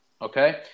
Okay